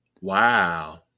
Wow